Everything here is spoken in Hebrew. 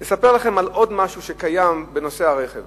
אני רוצה לספר לכם על עוד משהו שקיים בנושא הרכב